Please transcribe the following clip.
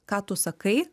ką tu sakai